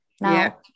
Now